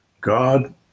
God